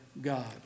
god